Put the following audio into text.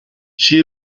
she